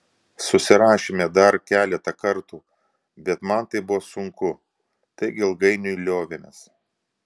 susirašėme dar keletą kartų bet man tai buvo sunku taigi ilgainiui liovėmės